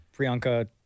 Priyanka